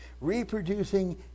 reproducing